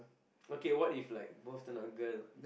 okay what if like both turn out girl